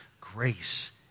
grace